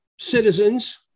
Citizens